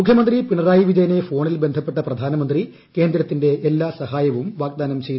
മുഖ്യമന്ത്രി പിണറായി വിജയനെ ഫോണിൽ ബന്ധപ്പെട്ട പ്രധാനമന്ത്രി കേന്ദ്രത്തിന്റെ എല്ലാ സഹായവും വാഗ്ദാനം ചെയ്തു